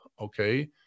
Okay